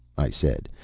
i said,